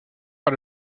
par